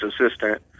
assistant